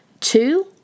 two